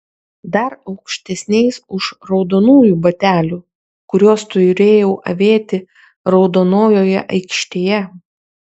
dar aukštesniais už raudonųjų batelių kuriuos turėjau avėti raudonojoje aikštėje